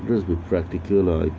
because with practical lah